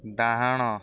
ଡାହାଣ